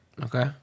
Okay